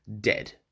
dead